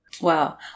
Wow